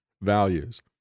values